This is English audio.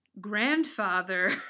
grandfather